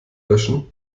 löschen